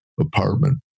apartment